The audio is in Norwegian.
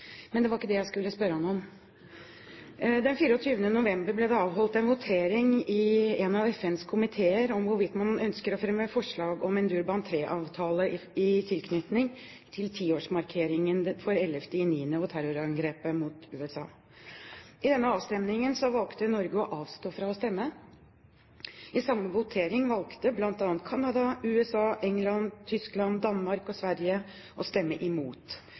en av FNs komiteer om hvorvidt man ønsker å fremme forslag om en Durban 3-avtale i tilknytning til tiårsmarkeringen for 11. september og terrorangrepet mot USA. I denne avstemningen valgte Norge å avstå fra å stemme. I samme votering valgte bl.a. Canada, USA, England, Tyskland, Danmark og Sverige å stemme imot.